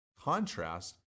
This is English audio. contrast